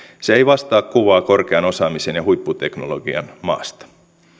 se ei vastaa kuvaa korkean osaamisen ja huipputeknologian maasta